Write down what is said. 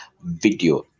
video